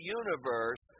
universe